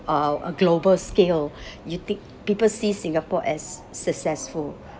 uh global scale you thic~ people see singapore as successful